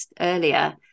earlier